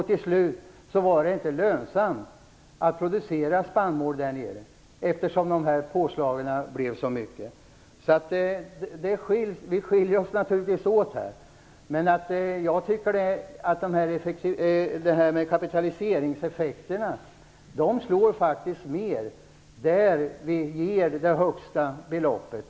Till slut var det inte lönsamt att producera spannmål där nere eftersom påslagen blev så stora. Vi skiljer oss naturligtvis åt här. Jag tycker att kapitaliseringseffekterna slår hårdare där vi ger det högsta beloppet.